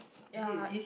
ya